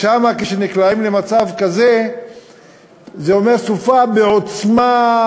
שם כשנקלעים למצב כזה זה אומר סופה בעוצמה,